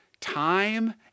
time